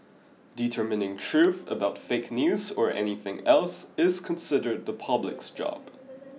determining truth about fake news or anything else is considered the public's job